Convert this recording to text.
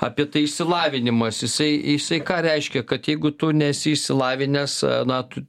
apie tai išsilavinimas jisai jisai ką reiškia kad jeigu tu nesi išsilavinęs na tu